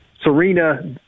Serena